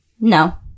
no